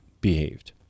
behaved